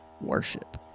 worship